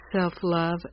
self-love